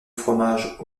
fromage